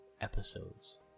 episodes